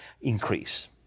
increase